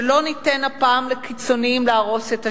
שלא ניתן הפעם לקיצונים להרוס את השלום.